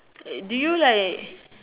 do you like